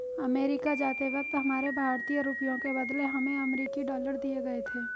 America जाते वक्त हमारे भारतीय रुपयों के बदले हमें अमरीकी डॉलर दिए गए थे